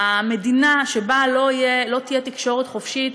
מדינה שבה לא תהיה תקשורת חופשית,